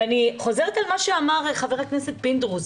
ואני חוזרת על מה שאמר ח"כ פינדרוס,